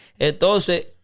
Entonces